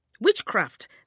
witchcraft